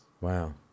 Wow